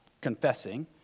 confessing